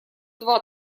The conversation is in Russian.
два